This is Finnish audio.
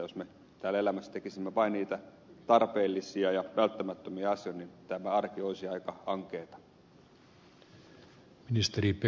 jos me täällä elämässä tekisimme vain niitä tarpeellisia ja välttämättömiä asioita niin tämä arki olisi aika ankeata